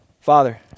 Father